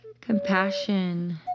compassion